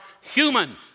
human